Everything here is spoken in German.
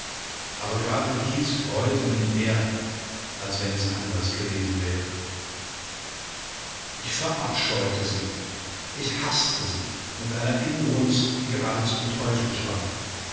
aber gerade dies freute mich mehr als wenn es anders gewesen wäre ich verabscheute sie ich haßte sie mit einer inbrunst die geradezu teuflisch war